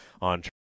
on